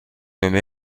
nommée